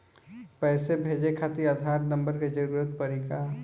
पैसे भेजे खातिर आधार नंबर के जरूरत पड़ी का?